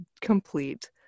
complete